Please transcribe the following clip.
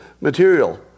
material